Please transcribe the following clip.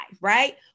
right